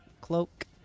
cloak